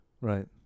right